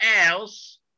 else